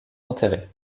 enterrés